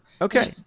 okay